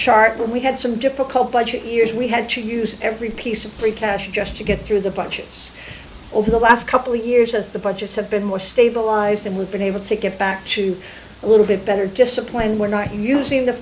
chart where we had some difficult budget years we had to use every piece of free cash just to get through the budgets over the last couple years as the budgets have been more stabilized and we've been able to get back to a little bit better discipline we're not using the